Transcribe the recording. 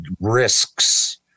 risks